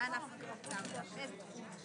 (הישיבה נפסקה בשעה 12:28 ונתחדשה בשעה